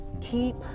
keep